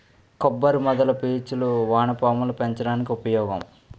కొబ్బరి మొదల పీచులు వానపాములు పెంచడానికి ఉపయోగం